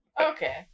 Okay